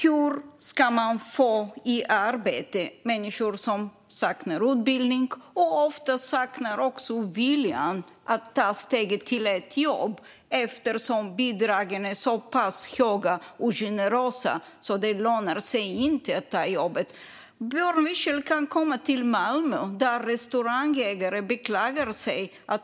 Hur ska man få i arbete människor som saknar utbildning och ofta också saknar viljan att ta steget till ett jobb eftersom bidragen är så pass höga och generösa att det inte lönar sig att ta jobbet? Björn Wiechel kan komma till Malmö, där restaurangägare beklagar sig.